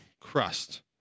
crust